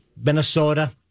Minnesota